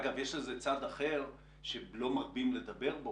אגב, יש לזה צד אחר שלא מרבים לדבר בו.